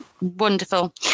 wonderful